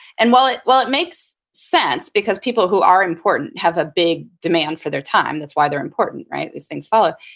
and well it well it makes sense because people who are important have a big demand for their time. that's why they're important, right? these things follow.